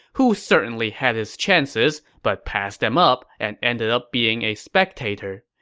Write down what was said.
who certainly had his chances but passed them up and ended up being a spectator.